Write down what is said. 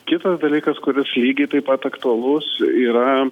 kitas dalykas kuris lygiai taip pat aktualus yra